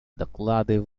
доклады